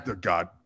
God